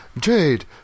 Jade